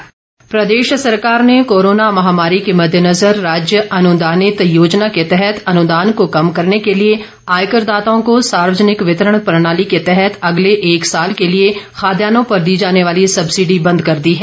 प्रश्नकाल प्रदेश सरकार ने कोरोना महामारी के मद्देनजर राज्य अनुदानित योजना के तहत अनुदान को कम करने के लिए आयकरदाताओं को सार्वजनिक वितरण प्रणाली के तहत अगले एक साल के लिए खाद्यान्नों पर दी जाने वाली सबसीडी बंद कर दी है